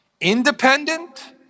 independent